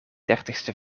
dertigste